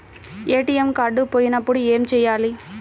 ATM card పోయినప్పుడు ఏమి చేయాలి?